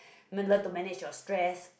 m~ learn to manage your stress